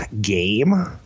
game